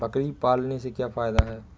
बकरी पालने से क्या फायदा है?